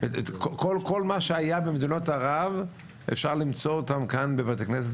את כל מה שהיה במדינות ערב אפשר למצוא כאן בבתי כנסת,